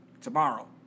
tomorrow